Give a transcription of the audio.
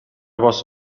was